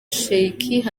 sheikh